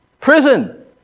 prison